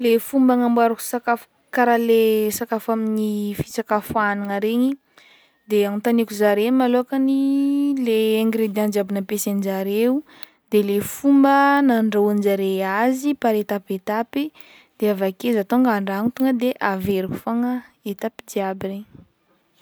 Le fomba agnamboarako sakafo karaha le sakafo amin'ny fisakafognana regny de anontaniako zare malôkany ny ingrédient jiaby nampiasain-jare de le fomba nandrahoin-jare azy par étape étape i de avake zaho tonga andragno tonga de averiko fogna étape jiaby regny.